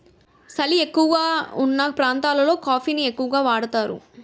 సలి ఎక్కువగావున్న ప్రాంతాలలో కాఫీ ని ఎక్కువగా వాడుతారు